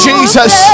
Jesus